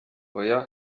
oya